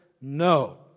no